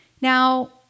Now